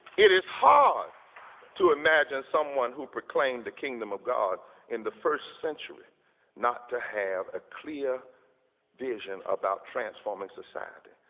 it is hard to imagine someone who proclaimed the kingdom of god in the first century not to have a clear vision about transforming society.